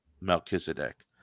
Melchizedek